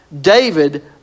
David